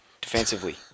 defensively